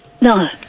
No